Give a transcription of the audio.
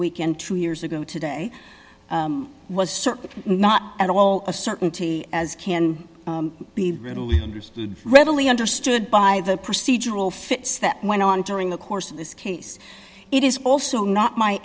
weekend two years ago today was certainly not at all a certainty as can be readily understood readily understood by the procedural fits that went on during the course of this case it is also not my